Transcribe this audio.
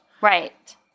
Right